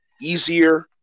easier –